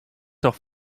doch